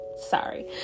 Sorry